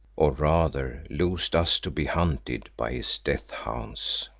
or rather loosed us to be hunted by his death-hounds.